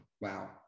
Wow